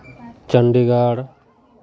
Chandigarh